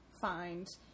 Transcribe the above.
find